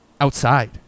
outside